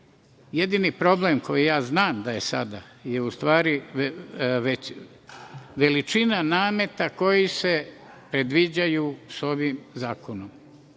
problem koji ja znam da je sada je, u stvari, veličina nameta koji se predviđaju ovim zakonom.